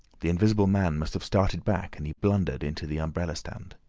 the invisible man must have started back, and he blundered into the umbrella stand.